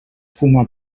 fuma